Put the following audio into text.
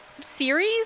series